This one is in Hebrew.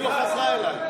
חברת הכנסת אבקסיס.